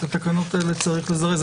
את התקנות האלה צריך לזרז.